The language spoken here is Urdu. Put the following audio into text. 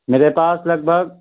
میرے پاس لگ بھگ